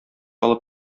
алып